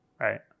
right